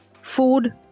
food